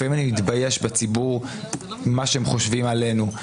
לפעמים אני מתבייש במה שחושב עלינו הציבור.